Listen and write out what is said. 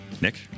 Nick